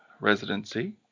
residency